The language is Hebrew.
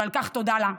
ועל כך תודה לה,